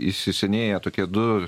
įsisenėję tokie du